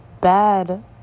bad